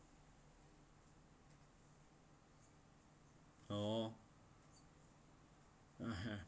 oh (uh huh)